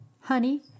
honey